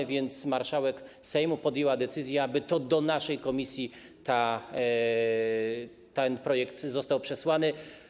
A więc marszałek Sejmu podjęła decyzję, aby to do naszej komisji ten projekt został przesłany.